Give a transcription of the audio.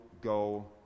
go